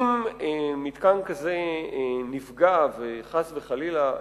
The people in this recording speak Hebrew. ואם מתקן כזה נפגע וחס וחלילה מתלקח,